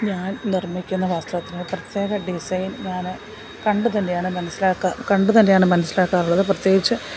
ഞാൻ നിർമ്മിക്കുന്ന വസ്ത്രത്തിന് പ്രത്യേക ഡിസൈൻ ഞാൻ കണ്ടു തന്നെയാണ് മനസ്സിലാക്കുക കണ്ടു തന്നെയാണ് മനസ്സിലാക്കാറുള്ളത് പ്രത്യേകിച്ച്